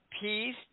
peace